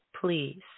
please